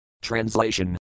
Translation